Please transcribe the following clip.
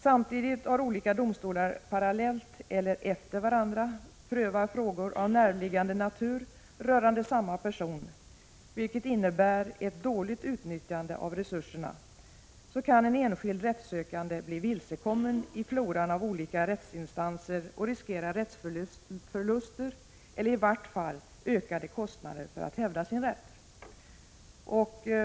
Samtidigt som olika domstolar parallellt eller efter varandra prövar frågor av närliggande natur rörande samma person — vilket innebär ett dåligt utnyttjande av resurserna — kan en enskild rättssökande bli vilsekommen i floran av olika rättsinstanser och riskera rättsförluster eller i vart fall ökade kostnader för att hävda sin rätt.